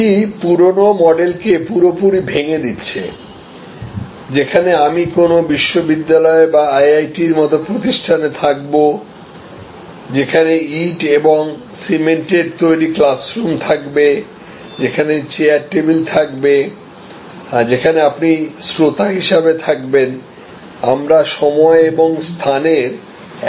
এটি পুরানো মডেলকে পুরোপুরি ভেঙে দিচ্ছে যেখানে আমি কোনও বিশ্ববিদ্যালয় বা আইআইটির মতো প্রতিষ্ঠানে থাকব সেখানে ইট এবং সিমেন্টের তৈরি ক্লাসরুম থাকবে যেখানে টেবিল চেয়ার থাকবে যেখানে আপনি শ্রোতা হিসাবে থাকবেন আমরা সময় এবং স্থানের একই ফ্রেমে থাকব